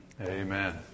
Amen